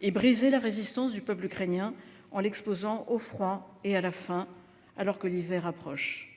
et briser la résistance du peuple ukrainien en l'exposant au froid et à la faim, alors que l'hiver approche.